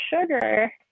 sugar